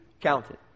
counted